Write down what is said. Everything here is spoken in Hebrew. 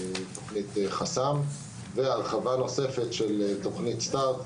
תוכנית ׳חסם׳ והרחבה נוספת של תוכנית Start,